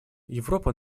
европа